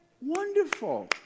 Wonderful